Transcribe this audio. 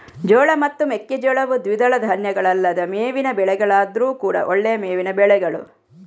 ಜೋಳ ಮತ್ತು ಮೆಕ್ಕೆಜೋಳವು ದ್ವಿದಳ ಧಾನ್ಯಗಳಲ್ಲದ ಮೇವಿನ ಬೆಳೆಗಳಾದ್ರೂ ಕೂಡಾ ಒಳ್ಳೆಯ ಮೇವಿನ ಬೆಳೆಗಳು